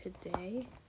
today